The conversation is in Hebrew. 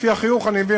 לפי החיוך אני מבין,